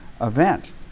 event